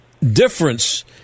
Difference